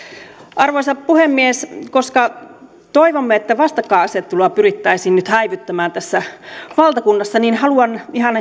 arvoisa puhemies koska toivomme että vastakkainasettelua pyrittäisiin nyt häivyttämään tässä valtakunnassa niin haluan ihan